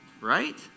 right